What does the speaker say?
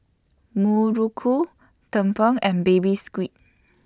Muruku Tumpeng and Baby Squid